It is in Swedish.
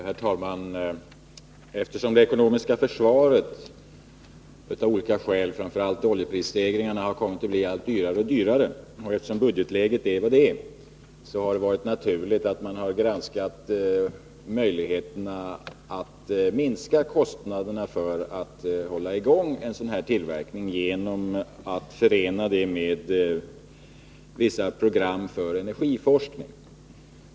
Herr talman! Eftersom det ekonomiska försvaret av olika skäl — framför allt oljeprisstegringarna — kommit att bli allt dyrare och eftersom budgetläget är som det är, har det varit naturligt att man velat undersöka möjligheterna att minska kostnaderna för att hålla i gång en sådan här tillverkning genom att förena denna med vissa program för energiforskning.